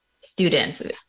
students